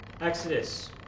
Exodus